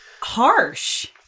harsh